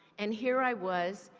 and here i was,